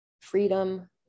freedom